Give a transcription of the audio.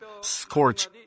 scorch